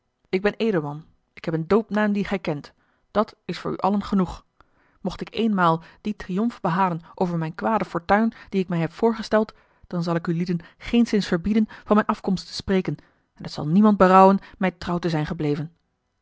ik ben edelman ik heb een doopnaam a l g bosboom-toussaint de delftsche wonderdokter eel dien gij kent dat is voor u allen genoeg mocht ik eenmaal dien triomf behalen over mijne kwade fortuin dien ik mij heb voorgesteld dan zal ik ulieden geenszins verbieden van mijne afkomst te spreken en het zal niemand berouwen mij trouw te zijn gebleven